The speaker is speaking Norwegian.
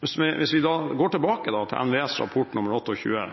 Hvis vi går tilbake til NVEs rapport nr. 28,